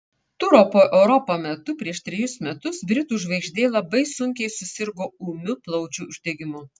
turo po europą metu prieš trejus metus britų žvaigždė labai sunkiai susirgo ūmiu plaučių uždegimu